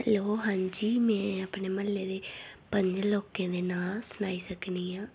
hello हां जी में अपने म्हल्ले दे पंजें लोकें दे नांऽ सनाई सकनी आं